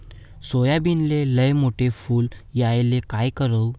सोयाबीनले लयमोठे फुल यायले काय करू?